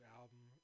album